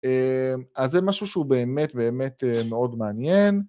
אז זה משהו שהוא באמת באמת מאוד מעניין.